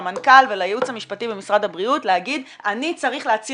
על שימוש בתרופות מרשם שלא באישור, משהו כמו